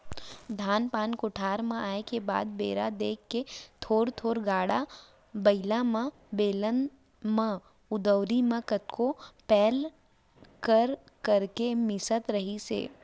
धान पान कोठार म आए के बाद बेरा देख के थोर थोर गाड़ा बइला म, बेलन म, दउंरी म कतको पैर कर करके मिसत रहिस हे